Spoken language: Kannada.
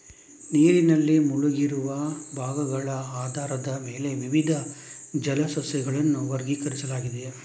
ನೀರಿನಲ್ಲಿ ಮುಳುಗಿರುವ ಭಾಗಗಳ ಆಧಾರದ ಮೇಲೆ ವಿವಿಧ ಜಲ ಸಸ್ಯಗಳನ್ನು ವರ್ಗೀಕರಿಸಲಾಗಿದೆ